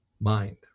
Mind